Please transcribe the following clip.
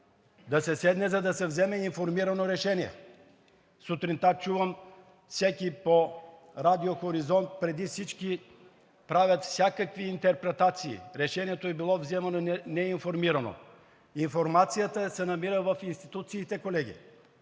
заседание, за да се вземе информирано решение. Сутринта чувам по Радио „Хоризонт“ – „Преди всички“, правят всякакви интерпретации: решението е било вземано неинформирано. Информацията се намира в институциите, колеги.